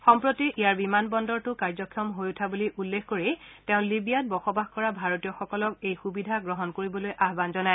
সম্প্ৰতি ইয়াৰ বিমান বন্দৰটো কাৰ্যক্ষম হৈ উঠা বুলি উল্লেখ কৰি তেওঁ লিবিয়াত বসবাস কৰা ভাৰতীয়সকলক এই সুবিধা গ্ৰহণ কৰিবলৈ আয়ান জনায়